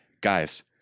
guys